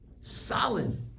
solid